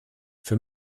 für